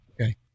okay